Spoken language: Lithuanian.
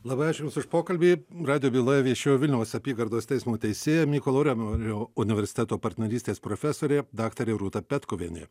labai ačiū jums už pokalbį radijo byloje viešėjo vilniaus apygardos teismo teisėja mykolo romerio universiteto partnerystės profesorė daktarė rūta petkuvienė